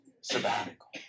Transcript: Sabbatical